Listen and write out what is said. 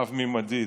רב-ממדית.